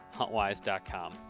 huntwise.com